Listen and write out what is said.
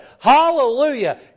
hallelujah